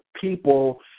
people